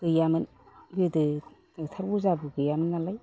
गैयामोन गोदो दाक्टर अजाबो गैयामोन नालाय